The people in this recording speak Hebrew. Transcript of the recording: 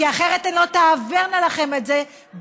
כי אחרת הן לא תעברנה לכם את זה בקואליציה.